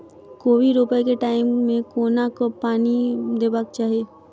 कोबी रोपय केँ टायम मे कोना कऽ पानि देबाक चही?